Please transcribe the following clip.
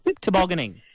tobogganing